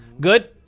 Good